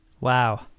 Wow